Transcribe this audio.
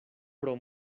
pro